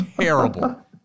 terrible